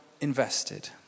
invested